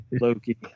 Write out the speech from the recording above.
Loki